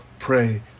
Pray